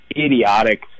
idiotic